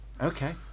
Okay